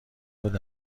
بود